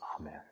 Amen